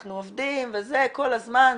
אנחנו עובדים וזה כל הזמן,